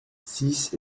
six